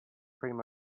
pretty